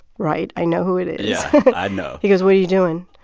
right i know who it is yeah, but i know he goes, what are you doing?